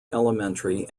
elementary